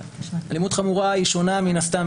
אלימות חמורה שונה.